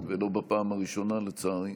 ולא בפעם הראשונה, לצערי.